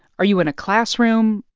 are you in a classroom?